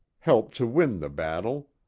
helped to win the battle.